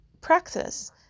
practice